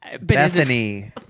Bethany